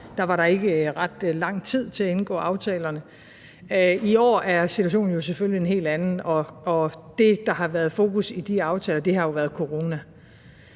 der var der ikke ret lang tid til at indgå aftalerne. I år er situationen jo selvfølgelig en helt anden, og det, der har været i fokus i de aftaler, har jo været corona,